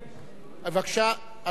אדוני היושב-ראש, בבקשה, אז שכיב שנאן.